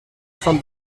from